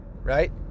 Right